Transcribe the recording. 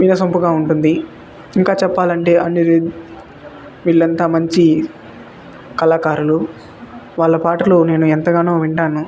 వినసొంపుగా ఉంటుంది ఇంకా చెప్పాలంటే వీళ్లంతా మంచి కళాకారులు వాళ్ళ పాటలు నేను ఎంతగానో వింటాను